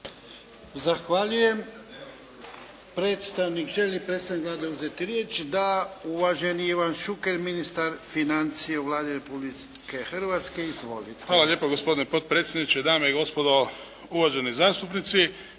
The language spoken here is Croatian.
Zahvaljujem. Želi li predstavnik Vlade uzeti riječ? Da. Uvaženi Ivan Šuker ministar financija u Vladi Republike Hrvatske. Izvolite. **Šuker, Ivan (HDZ)** Hvala gospodine potpredsjedniče. Dame i gospodo uvaženi zastupnici.